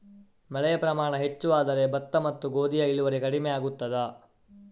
ಮಳೆಯ ಪ್ರಮಾಣ ಹೆಚ್ಚು ಆದರೆ ಭತ್ತ ಮತ್ತು ಗೋಧಿಯ ಇಳುವರಿ ಕಡಿಮೆ ಆಗುತ್ತದಾ?